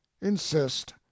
insist